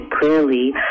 clearly